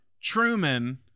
Truman